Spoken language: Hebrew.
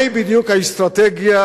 מהי בדיוק האסטרטגיה?